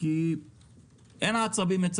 כי לנהג אין עצבים,